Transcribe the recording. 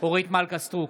אורית מלכה סטרוק,